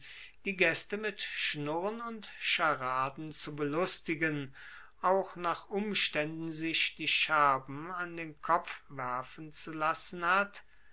die gaeste mit schnurren und scharaden zu belustigen auch nach umstaenden sich die scherben an den kopf werfen zu lassen hat